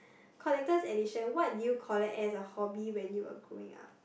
collectors edition what did you collect as a hobby when you were growing up